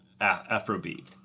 afrobeat